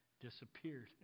disappeared